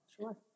Sure